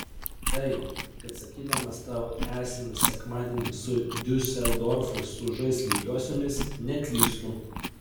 tai kad sakydamas tavo esenas sekmadienį su diuseldorfu sužais lygiosiomis neklystu